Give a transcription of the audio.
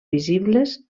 visibles